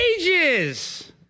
ages